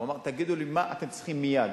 הוא אמר: תגידו לי מה אתם צריכים מייד.